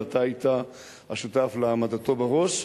ואתה היית השותף להעמדתו בראש,